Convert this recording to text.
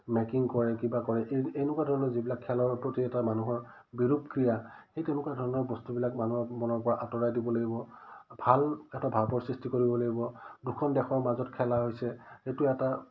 making কৰে কিবা কৰে এনেকুৱা ধৰণৰ যিবিলাক খেলৰ প্ৰতি এটা মানুহৰ বিৰূপ ক্ৰিয়া সেই তেনেকুৱা ধৰণৰ বস্তুবিলাক মানুহৰ মনৰ পৰা আঁতৰাই দিব লাগিব ভাল এটা ভাৱৰ সৃষ্টি কৰিব লাগিব দুখন দেশৰ মাজত খেলা হৈছে সেইটো এটা